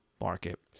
market